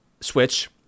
Switch